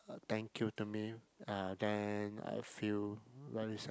thank you to me and then I feel very satisfied